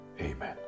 Amen